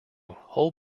whole